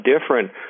different